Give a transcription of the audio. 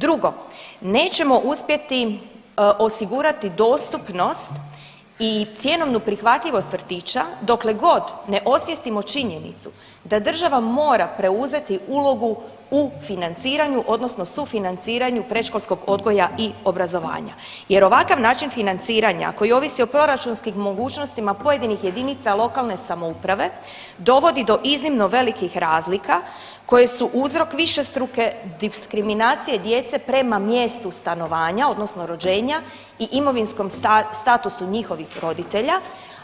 Drugo, nećemo uspjeti osigurati dostupnost i cjenovnu prihvatljivost vrtiće dokle god ne osvijestimo činjenicu da država mora preuzeti ulogu u financiranju odnosno sufinanciranju predškolskog odgoja i obrazovanja jer ovakav način financiranja koji ovisi o proračunskim mogućnostima pojedinih jedinica lokalne samouprave dovodi do iznimno velikih razlika koje su uzrok višestruke diskriminacije djece prema mjestu stanovanja odnosno rođenja i imovinskom statusu njihovih roditelja,